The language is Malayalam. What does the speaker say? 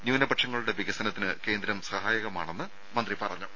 ന്യൂനപക്ഷങ്ങളുടെ വികസനത്തിന് കേന്ദ്രം സഹായകമാകുമെന്ന് മന്ത്രി പറഞ്ഞു